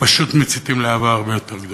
פשוט מציתים להבה הרבה יותר גדולה.